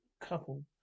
couple